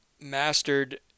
mastered